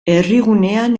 herrigunean